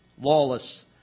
lawless